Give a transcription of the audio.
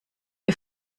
wir